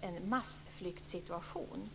en massflyktsituation.